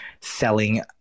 selling